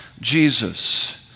Jesus